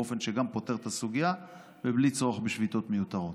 באופן שגם פותר את הסוגיה ובלי צורך בשביתות מיותרות.